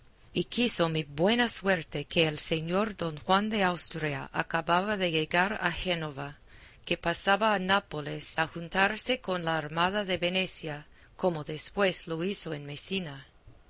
y quiso mi buena suerte que el señor don juan de austria acababa de llegar a génova que pasaba a nápoles a juntarse con la armada de venecia como después lo hizo en mecina